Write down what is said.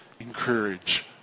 encourage